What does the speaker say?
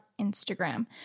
Instagram